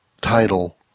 title